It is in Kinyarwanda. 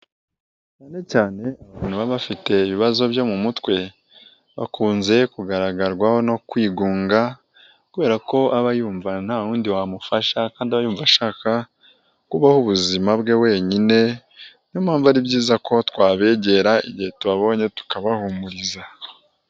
Cyane cyane abantu baba bafite ibibazo byo mu mutwe bakunze kugaragarwaho no kwigunga kubera ko aba yumva nta w'undi wamufasha kandi yumva ashaka kubaho ubuzima bwe wenyine, niyo mpamvu ari byiza ko twabegera igihe tubabonye tukabahumuriza.